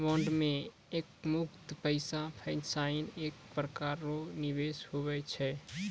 bond मे एकमुस्त पैसा फसैनाइ एक प्रकार रो निवेश हुवै छै